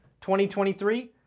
2023